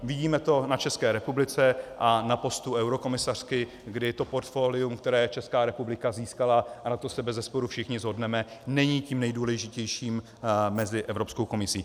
Vidíme to na České republice a na postu eurokomisařky, kdy to portfolium, které Česká republika získala, a na tom se bezesporu všichni shodneme, není tím nejdůležitějším mezi Evropskou komisí.